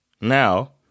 now